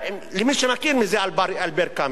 למי שמכיר מי זה אלבר קאמי.